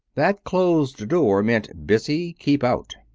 that closed door meant busy. keep out.